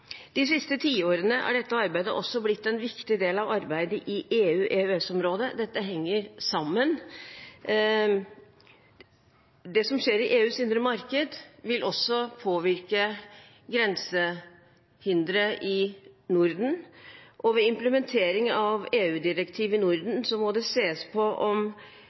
De siste tiårene er dette arbeidet også blitt en viktig del av arbeidet i EU/EØS-området. Dette henger sammen. Det som skjer i EUs indre marked vil også påvirke grensehindre i Norden, og ved implementering av EU-direktiv i Norden må det ses på om